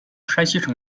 山西省